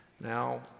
Now